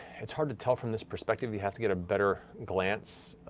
it's hard to tell from this perspective. you have to get a better glance.